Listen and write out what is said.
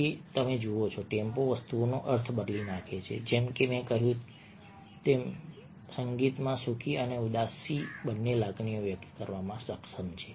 તેથી તમે જુઓ છો કે ટેમ્પો વસ્તુઓનો અર્થ બદલી નાખે છે જેમ કે મેં કહ્યું અને તમે જોયું કે સંગીતમાં સુખી અને ઉદાસી બંને લાગણીઓ વ્યક્ત કરવામાં સક્ષમ છે